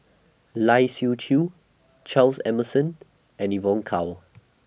Lai Siu Chiu Charles Emmerson and Evon Kow